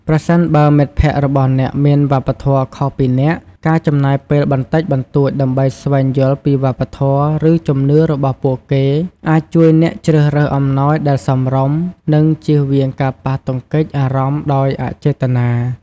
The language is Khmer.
ប្រសិនបើមិត្តភក្តិរបស់អ្នកមានវប្បធម៌ខុសពីអ្នក ការចំណាយពេលបន្តិចបន្តួចដើម្បីស្វែងយល់ពីវប្បធម៌ ឬជំនឿរបស់ពួកគេ អាចជួយអ្នកជ្រើសរើសអំណោយដែលសមរម្យ និងជៀសវាងការប៉ះទង្គិចអារម្មណ៍ដោយអចេតនា។